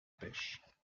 pêches